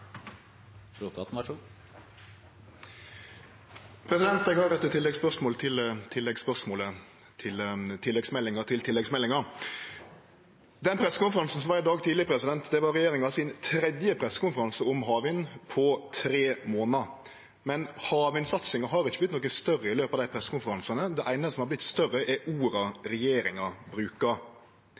at vi kan lykkes med rimelige priser til industri, næringsliv og folk. Sveinung Rotevatn – til oppfølgingsspørsmål. Eg har eit tilleggsspørsmål til tilleggsspørsmålet til tilleggsmeldinga til tilleggsmeldinga. Den pressekonferansen som var i dag tidleg, var regjeringas tredje pressekonferanse om havvind på tre månader, men havvindsatsinga har ikkje vorte noko større i løpet av dei pressekonferansane. Det einaste som har vorte større, er orda regjeringa